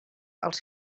als